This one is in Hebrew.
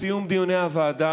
בסיום דיוני הוועדה,